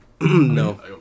No